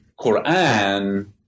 Quran